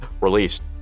released